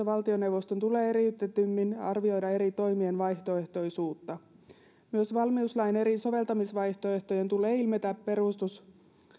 valtioneuvoston tulee eriytetymmin arvioida eri toimien vaihtoehtoisuutta myös valmiuslain eri soveltamisvaihtoehtojen tulee ilmetä perusteluista